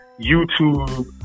YouTube